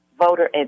voter